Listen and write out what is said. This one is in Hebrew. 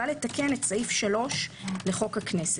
בא לתקן את סעיף 3 לחוק הכנסת.